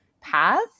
path